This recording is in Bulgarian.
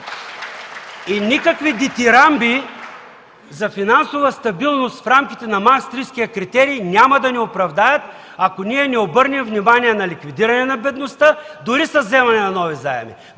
И никакви дитирамби за финансова стабилност в рамките на Маастрихтския критерий няма да ни оправдаят, ако ние не обърнем внимание на ликвидиране на бедността дори с вземане на нови заеми,